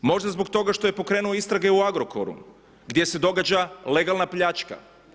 Možda zbog toga što je pokrenuo istrage u Agrokoru gdje se događa legalna pljačka.